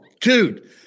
dude